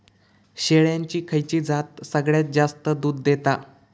शेळ्यांची खयची जात सगळ्यात जास्त दूध देता?